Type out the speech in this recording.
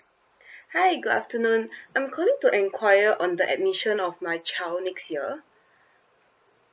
hi good afternoon I'm calling to inquire on the admission of my child next year